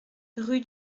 rue